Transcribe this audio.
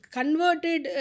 converted